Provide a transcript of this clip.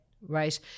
Right